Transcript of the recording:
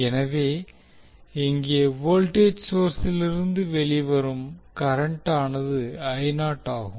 எனவே இங்கே வோல்டேஜ் சோர்ஸிலிருந்து வெளிவரும் கரண்டானது ஆகும்